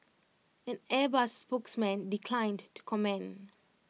an airbus spokesman declined to comment